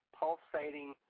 pulsating